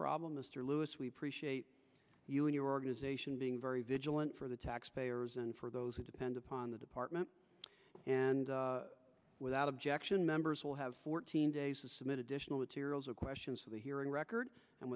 problem mr lewis we appreciate you and your organization being very vigilant for the taxpayer and for those who depend upon the department and without objection members will have fourteen days to submit additional materials or questions for the hearing record and